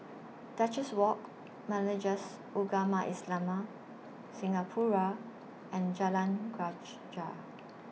Duchess Walk Majlis Ugama Islam Singapura and Jalan Greja